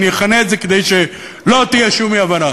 אני אכנה את זה, כדי שלא תהיה שום אי-הבנה,